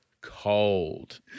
cold